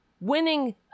winning